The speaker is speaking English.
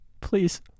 Please